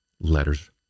Letters